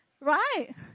right